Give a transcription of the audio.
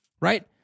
Right